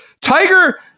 Tiger